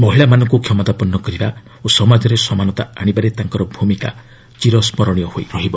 ମହିଳାମାନଙ୍କୁ କ୍ଷମତାପନ୍ନ କରିବା ଓ ସମାଜରେ ସମାନତା ଆଶିବାରେ ତାଙ୍କର ଭୂମିକା ଚିରସ୍କରଣୀୟ ହୋଇ ରହିବ